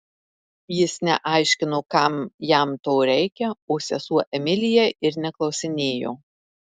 jis neaiškino kam jam to reikia o sesuo emilija ir neklausinėjo